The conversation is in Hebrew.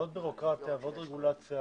זה עוד בירוקרטיה ועוד רגולציה.